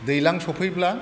दैज्लां सफैब्ला